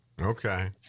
Okay